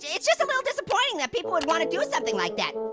it's just a little disappointing that people would wanna do something like that.